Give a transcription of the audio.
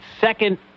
second